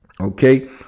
Okay